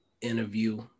interview